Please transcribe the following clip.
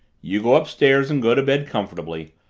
you go upstairs and go to bed comfortably.